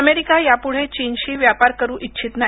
America यापुढे चीनशी व्यापार करू इच्छित नाही